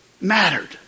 mattered